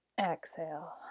Exhale